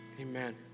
amen